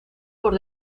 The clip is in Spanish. por